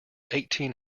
eighteen